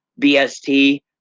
BST